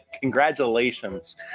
Congratulations